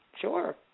sure